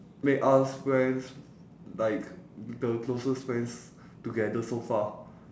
make us friends like the closest friends together so far